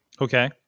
okay